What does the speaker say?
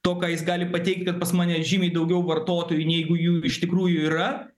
to ką jis gali pateikt kad pas mane žymiai daugiau vartotojų neigu jų iš tikrųjų yra